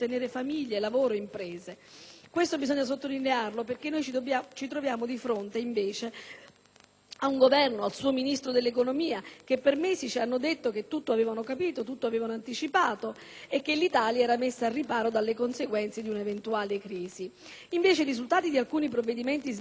sia importante sottolinearlo perché ci troviamo di fronte ad un Governo ed al suo Ministro dell'economia che per mesi ci hanno detto che tutto avevano capito e tutto avevano anticipato e che "avevano messo al riparo l'Italia dalle conseguenze di un'eventuale crisi". Invece, i risultati di alcuni provvedimenti sbandierati come panacea